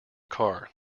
car